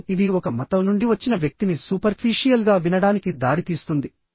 ఇప్పుడు ఇది ఒక మతం నుండి వచ్చిన వ్యక్తిని సూపర్ఫీషియల్ గా వినడానికి దారితీస్తుంది